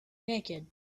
naked